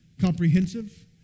comprehensive